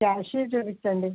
cashew చూపించండి